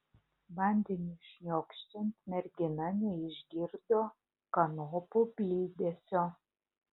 vandeniui šniokščiant mergina neišgirdo kanopų bildesio